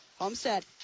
Homestead